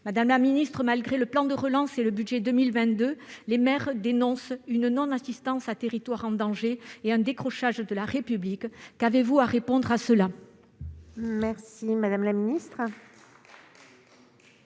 Madame la ministre, malgré le plan de relance et le budget 2022, les maires dénoncent une non-assistance à territoires en danger et un décrochage de la République. Qu'avez-vous à répondre à cela ?